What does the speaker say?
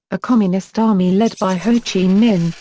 a communist army led by ho chi minh,